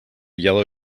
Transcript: yellow